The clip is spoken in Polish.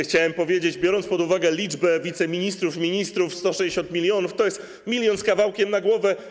Chciałem powiedzieć, biorąc pod uwagę liczbę wiceministrów, ministrów, że 160 mln to jest 1 mln z kawałkiem na głowę.